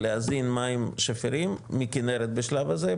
להזין מים שפירים מכינרת בשלב הזה,